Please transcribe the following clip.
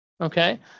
Okay